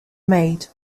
made